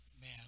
Man